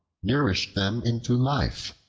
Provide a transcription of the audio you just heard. nourished them into life.